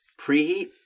Preheat